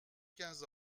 quinze